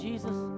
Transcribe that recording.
Jesus